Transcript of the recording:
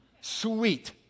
Sweet